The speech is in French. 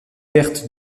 pertes